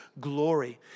glory